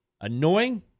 Annoying